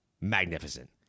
magnificent